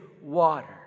water